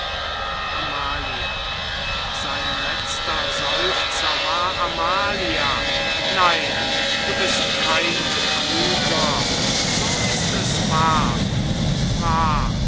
amalia sein letzter seufzer war amalia nein du bist kein betrüger so ist es wahr wahr